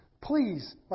Please